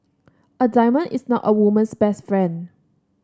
a diamond is not a woman's best friend